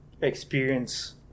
experience